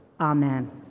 Amen